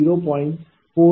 46704742 2